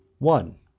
one.